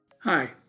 Hi